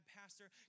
pastor